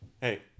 Hey